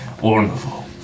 Wonderful